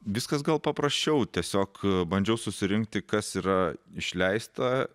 viskas gal paprasčiau tiesiog bandžiau susirinkti kas yra išleista